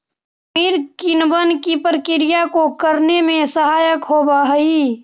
खमीर किणवन की प्रक्रिया को करने में सहायक होवअ हई